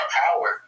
power